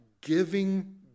giving